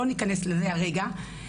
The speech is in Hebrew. לא ניכנס לזה הרגע.